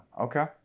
Okay